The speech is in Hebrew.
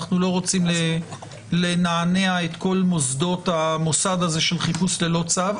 אנחנו לא רוצים לנענע את כל מוסדות המוסד הזה של חיפוש ללא צו.